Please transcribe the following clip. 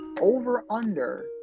Over-under